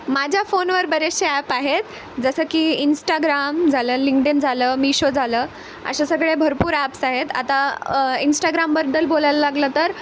माझ्या फोनवर बरेचसे ॲप आहेत जसं की इंस्टाग्राम झालं लिंगडेन झालं मिशो झालं अशा सगळे भरपूर ॲप्स आहेत आता इंस्टाग्रामबद्दल बोलायला लागलं तर